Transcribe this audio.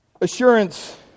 assurance